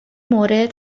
مورد